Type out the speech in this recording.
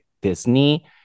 Disney